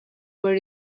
were